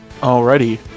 alrighty